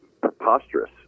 preposterous